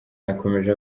yakomeje